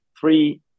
three